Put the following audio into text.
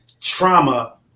trauma